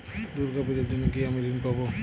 দুর্গা পুজোর জন্য কি আমি ঋণ পাবো?